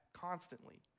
constantly